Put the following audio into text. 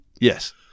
yes